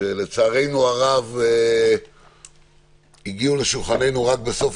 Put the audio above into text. שלצערנו הרב הגיעו לשולחננו רק בסוף